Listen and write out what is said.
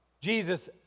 Jesus